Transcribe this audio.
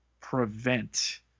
prevent